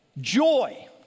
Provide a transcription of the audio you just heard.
Joy